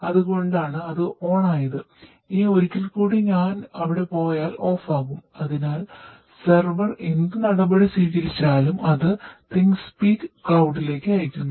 അതിനാൽ NodeMCU server അയക്കുന്നു